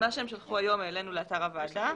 שהם שלחו היום, העלינו לאתר הוועדה.